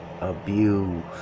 abuse